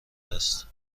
است